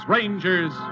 Rangers